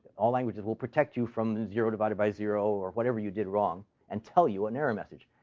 all languages will protect you from zero divided by zero or whatever you did wrong and tell you an error message.